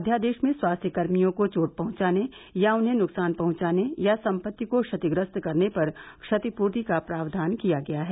अध्यादेश में स्वास्थ्य सेवाकर्मियों को चोट पहचाने या उन्हें नुकसान पहचाने या सम्पत्ति को क्षतिग्रस्त करने पर क्षतिपूर्ति का प्रावधान किया गया है